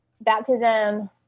baptism